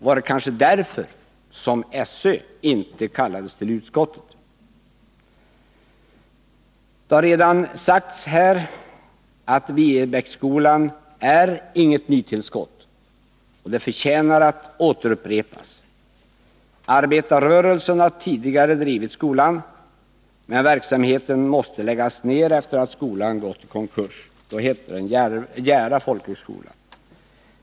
Var det kanske därför som SÖ inte kallades till utskottet? Det har redan sagts här att Viebäcksskolan egentligen inte är något nytillskott, men detta förtjänar att upprepas. Arbetarrörelsen har tidigare drivit skolan, men verksamheten måste läggas ner efter det att skolan gått i konkurs — den hette då Jära folkhögskola.